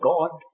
God